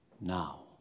now